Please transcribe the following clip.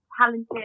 talented